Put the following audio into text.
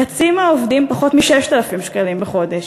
וחצי מהעובדים פחות מ-6,000 שקלים בחודש.